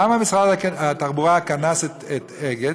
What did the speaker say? למה משרד התחבורה קנס את אגד?